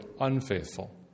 unfaithful